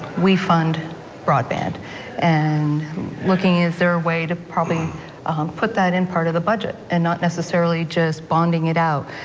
we fund broadband and looking is there a way to probably put that in part of the budget, and not necessarily just bonding it out,